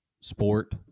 sport